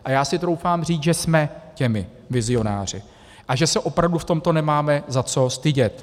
A já si troufám říct, že jsme těmi vizionáři a že se opravdu v tomto nemáme za co stydět.